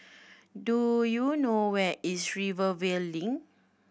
do you know where is Rivervale Link